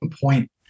point